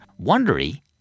Wondery